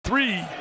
Three